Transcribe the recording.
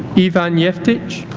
ivan jeftic